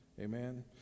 Amen